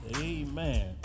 Amen